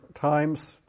times